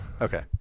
okay